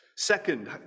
Second